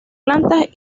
plantas